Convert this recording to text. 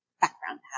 background